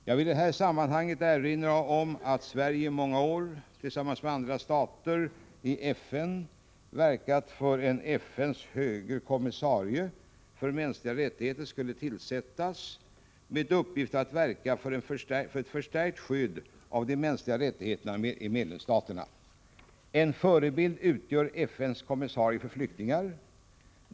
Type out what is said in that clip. Jag vill i detta sammanhang erinra om att Sverige i många år tillsammans med andra stater i FN verkat för att en FN:s höge kommissarie för mänskliga rättigheter skulle tillsättas med uppgift att verka för ett förstärkt skydd av de mänskliga rättigheterna i medlemsstaterna. En förebild utgör FN:s höge kommissarie för flyktingar.